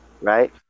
right